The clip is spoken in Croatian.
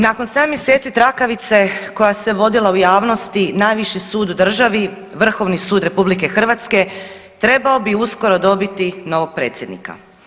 Nakon 7 mjeseci trakavice koja se vodila u javnosti, najviši sud u državi, Vrhovni sud RH trebao bi uskoro dobiti novog predsjednika.